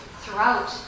throughout